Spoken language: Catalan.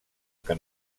que